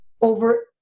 over